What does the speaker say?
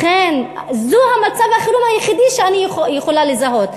זה מצב החירום היחיד שאני יכולה לזהות,